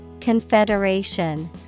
Confederation